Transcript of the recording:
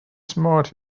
smart